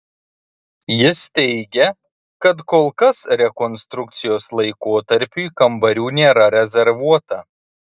jis teigia kad kol kas rekonstrukcijos laikotarpiui kambarių nėra rezervuota